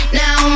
now